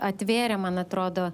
atvėrė man atrodo